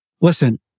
Listen